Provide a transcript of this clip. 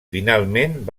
finalment